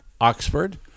Oxford